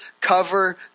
cover